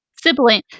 Sibling